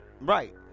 Right